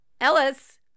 Ellis